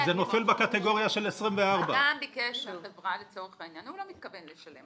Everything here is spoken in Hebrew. אז זה נופל בקטגוריה של 24. הוא לא מתכוון לשלם.